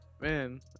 man